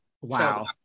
Wow